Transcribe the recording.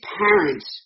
parents